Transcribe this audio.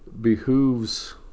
behooves